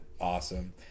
awesome